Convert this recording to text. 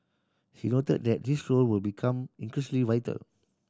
he noted that this role will become increasingly vital